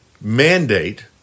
Mandate